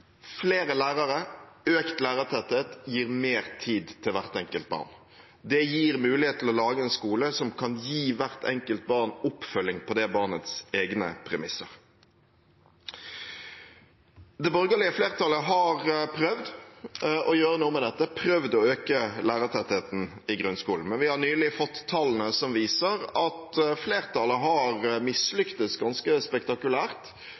flere lærere, økt lærertetthet, gir mer tid til hvert enkelt barn. Det gir mulighet til å lage en skole som kan gi hvert enkelt barn oppfølging på barnets egne premisser. Det borgerlige flertallet har prøvd å gjøre noe med dette, har prøvd å øke lærertettheten i grunnskolen. Men vi har nylig fått tallene som viser at flertallet har mislyktes ganske spektakulært.